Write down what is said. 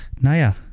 Naja